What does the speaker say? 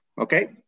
Okay